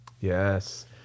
Yes